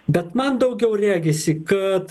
bet man daugiau regisi kad